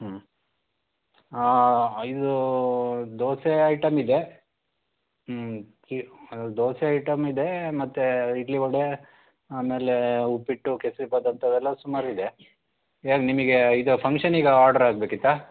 ಹ್ಞೂ ಇದು ದೋಸೆ ಐಟಮ್ ಇದೆ ಹ್ಞೂ ಈ ದೋಸೆ ಐಟಮ್ ಇದೆ ಮತ್ತು ಇಡ್ಲಿ ವಡೆ ಆಮೇಲೆ ಉಪ್ಪಿಟ್ಟು ಕೇಸರಿಭಾತ್ ಅಂಥವೆಲ್ಲ ಸುಮಾರಿದೆ ಯಾರು ನಿಮಗೆ ಇದು ಫಂಕ್ಷನಿಗೆ ಆರ್ಡ್ರ್ ಆಗಬೇಕಿತ್ತಾ